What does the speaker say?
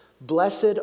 Blessed